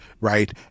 right